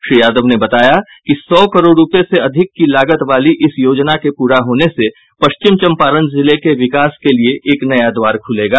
श्री यादव ने बताया कि सौ करोड़ रूपये से अधिक की लागत वाली इस योजना के पूरा होने से पश्चिम चम्पारण जिले के विकास के लिए एक नया द्वार खुलेगा